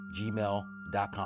gmail.com